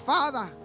Father